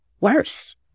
worse